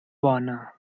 bona